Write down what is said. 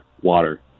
Water